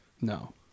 No